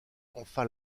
enfin